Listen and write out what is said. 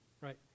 right